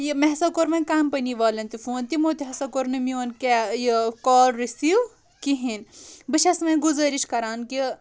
یہِ مےٚ ہسا کوٚر وۄنۍ کمپنی والٮ۪ن تہِ فون تِمو تہِ ہسا کوٚر نہٕ میون کیٛاہ یہِ کال رِسیٖو کہینۍ بہٕ چھس وۄنۍ گُزٲرِش کران کہِ